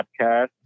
podcast